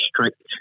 strict